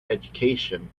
education